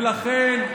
לכן,